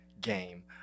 game